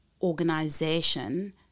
organization